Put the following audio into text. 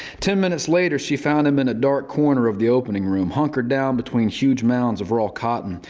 ten minutes later she found him in a dark corner of the opening room, hunkered down between huge mounds of raw cotton.